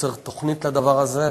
שצריך תוכנית לדבר הזה.